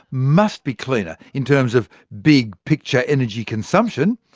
must be cleaner in terms of big picture energy consumption.